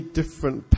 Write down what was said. different